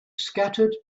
scattered